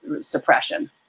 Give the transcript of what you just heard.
suppression